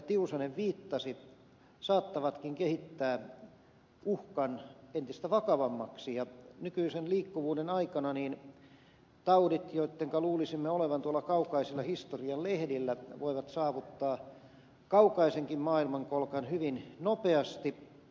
tiusanen viittasi saattavatkin kehittää uhkan entistä vakavammaksi ja nykyisen liikkuvuuden aikana taudit joittenka luulisimme olevan tuolla kaukaisilla historian lehdillä voivat saavuttaa kaukaisenkin maailmankolkan hyvin nopeasti